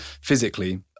physically